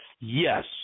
yes